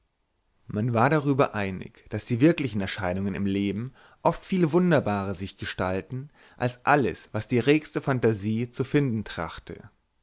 man war darüber einig daß die wirklichen erscheinungen im leben oft viel wunderbarer sich gestalten als alles was die regste fantasie zu erfinden trachte